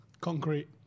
Concrete